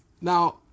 now